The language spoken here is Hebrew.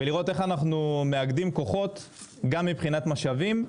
ולראות איך אנחנו מאגדים כוחות גם מבחינת משאבים,